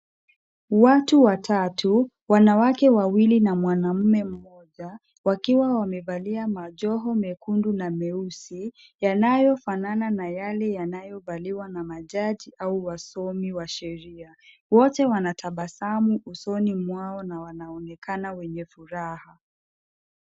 Watu watatu, wanawake wawili na mwanaume mmoja, wakiwa wamevalia majoho mekundu na meusi, yanayofanana na yale yanayovaliwa na jaji au wasomi wa sheria. Wote wanatabasamu usoni mwao na wanaonekana wenye furaha.